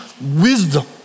wisdom